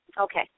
Okay